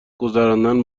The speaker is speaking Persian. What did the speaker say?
گذراندن